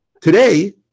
today